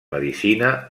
medicina